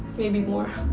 maybe more.